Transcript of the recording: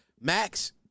Max